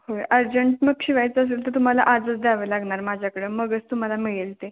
होय अर्जंट मग शिवायचं असेल तर तुम्हाला आजच द्यावं लागणार माझ्याकडं मगच तुम्हाला मिळेल ते